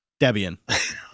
Debian